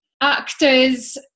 actors